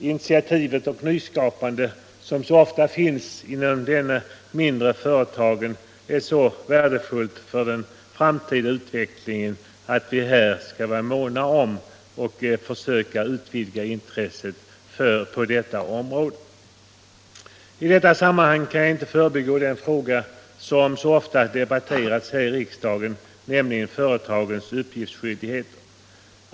Initiativet och nyskapandet som så ofta finns inom de mindre företagen är så värdefulla för den framtida utvecklingen att vi här skall vara måna om och söka utvidga intresset för detta område. I detta sammanhang kan jag inte förbigå den fråga som så ofta debatterats här i riksdagen, nämligen företagens uppgiftsskyldigheter.